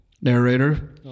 narrator